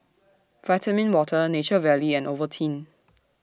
Vitamin Water Nature Valley and Ovaltine